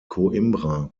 coimbra